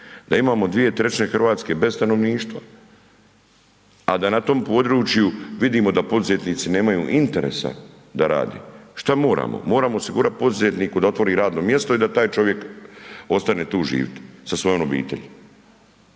da imamo 2/3 Hrvatske bez stanovništva a da na tom području vidimo da poduzetnici nemaju interesa da rade. Šta moramo? Moramo osigurati poduzetniku da otvori radno mjesto i da taj čovjek ostane tu živjeti sa svojom obitelji.